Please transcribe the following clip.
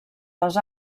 les